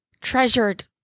treasured